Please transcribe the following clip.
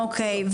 אוקיי,